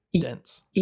dense